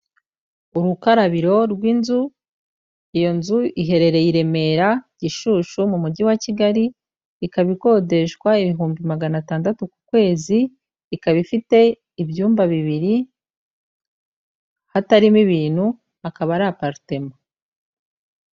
Urukarabiro rw'inzu, iyo nzu iherereye i Remera Gishushu mu mujyi wa Kigali, ikaba ikodeshwa ibihumbi magana atandatu ku kwezi, ikaba ifite ibyumba bibiri hatarimo ibintu, akaba ari aparitema.